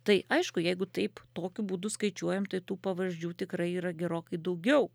tai aišku jeigu taip tokiu būdu skaičiuojam tai tų pavardžių tikrai yra gerokai daugiau